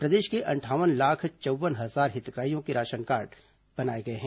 प्रदेश के अंठावन लाख चौव्वन हजार हितग्राहियों के राशन कार्ड बनाये गये हैं